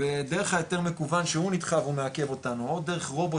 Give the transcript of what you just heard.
ודרך ההיתר מקוון שהוא נדחה והוא מעכב אותנו או דרך רובוט